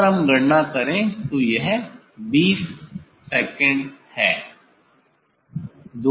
अगर हम गणना करें तो यह 20 सेकंड है